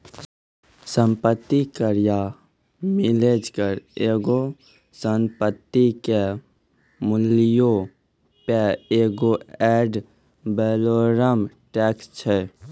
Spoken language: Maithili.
सम्पति कर या मिलेज कर एगो संपत्ति के मूल्यो पे एगो एड वैलोरम टैक्स छै